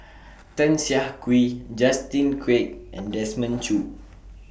Tan Siah Kwee Justin Quek and Desmond Choo